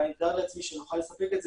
אבל אני מתאר לעצמי שאני אוכל לספק את זה